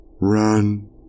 Run